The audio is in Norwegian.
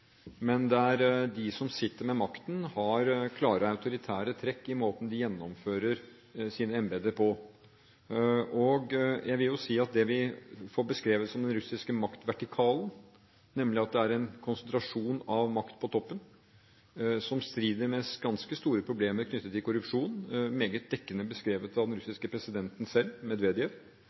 men der de som sitter med makten, har klare autoritære trekk i måten de gjennomfører sine embeter på. Jeg vil jo si at det vi får beskrevet som den russiske maktvertikalen, nemlig at det er en konsentrasjon av makt på toppen, som strider med ganske store problemer knyttet til korrupsjon – meget dekkende beskrevet av den russiske presidenten selv, Medvedev – er klare tegn på autoritære trekk. Andre sider ved